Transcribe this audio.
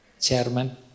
chairman